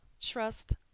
trust